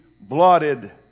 blotted